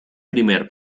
primer